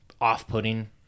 off-putting